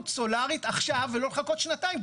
סולארית עכשיו ולא לחכות שנתיים.